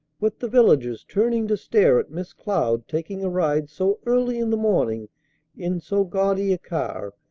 with the villagers turning to stare at miss cloud taking a ride so early in the morning in so gaudy a car,